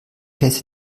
hätte